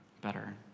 better